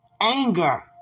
anger